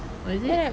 oh is it